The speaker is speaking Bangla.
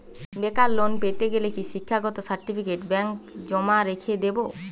বেকার লোন পেতে গেলে কি শিক্ষাগত সার্টিফিকেট ব্যাঙ্ক জমা রেখে দেবে?